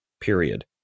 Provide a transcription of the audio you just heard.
Period